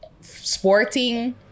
sporting